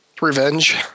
revenge